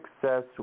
success